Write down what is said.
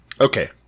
Okay